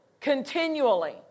continually